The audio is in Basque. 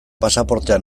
pasaportea